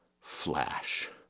Flash